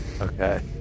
Okay